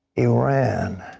iran,